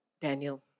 Daniel